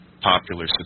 popular